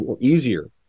easier